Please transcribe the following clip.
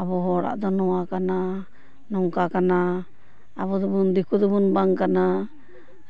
ᱟᱵᱚ ᱦᱚᱲᱟᱜ ᱫᱚ ᱱᱚᱣᱟ ᱠᱟᱱᱟ ᱱᱚᱝᱠᱟ ᱠᱟᱱᱟ ᱟᱵᱚ ᱫᱚᱵᱚᱱ ᱫᱤᱠᱩ ᱫᱚᱵᱚᱱ ᱵᱟᱝ ᱠᱟᱱᱟ